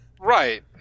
Right